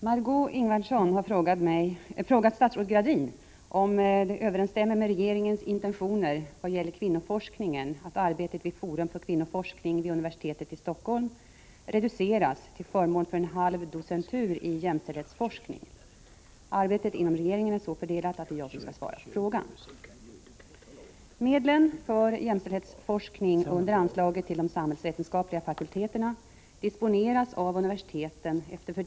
Herr talman! Margé Ingvardsson har frågat statsrådet Gradin om det överensstämmer med regeringens intentioner i vad gäller kvinnoforskningen att arbetet vid Forum för kvinnoforskning vid universitetet i Stockholm reduceras till förmån för en halv docentur i jämställdhetsforskning. Arbetet inom regeringen är så fördelat att det är jag som skall svara på frågan.